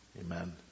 Amen